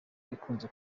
ikunze